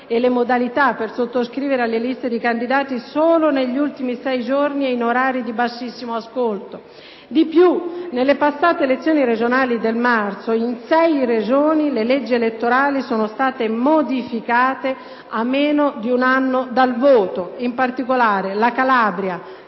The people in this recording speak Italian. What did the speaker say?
e le modalità per sottoscrivere le liste di candidati solo negli ultimi sei giorni ed in orari di bassissimo ascolto; nelle passate elezioni regionali di marzo 2010, in sei regioni le leggi elettorali sono state novellate a meno di un anno dal voto, nello specifico le seguenti: Calabria,